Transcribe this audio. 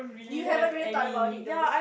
you haven't really thought about it though